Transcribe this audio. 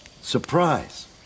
Surprise